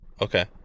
Okay